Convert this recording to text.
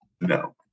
No